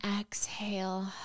exhale